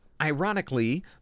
Ironically